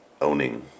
owning